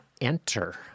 enter